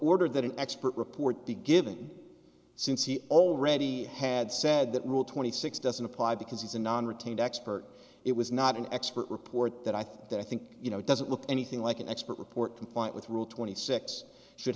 ordered that an expert report be given since he already had said that rule twenty six doesn't apply because he's a non retained expert it was not an expert report that i think that i think you know doesn't look anything like an expert report compliant with rule twenty six should